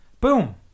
Boom